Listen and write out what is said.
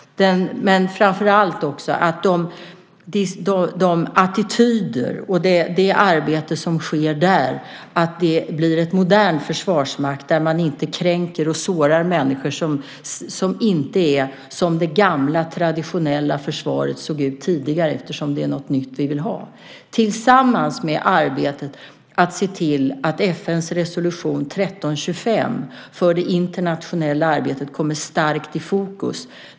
Men framför allt gäller det att attityderna och det arbete som sker där innebär att det blir en modern försvarsmakt, där man inte kränker och sårar människor som inte är som i det gamla traditionella försvaret, eftersom det är något nytt vi vill ha, tillsammans med arbetet att se till att FN:s resolution 1325 för det internationella arbetet kommer starkt i fokus.